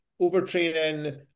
Overtraining